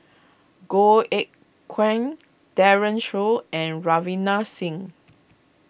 Goh Eck Kheng Daren Shiau and Ravinder Singh